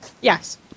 Yes